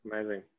Amazing